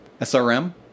SRM